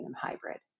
hybrid